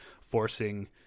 forcing